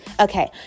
Okay